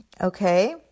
Okay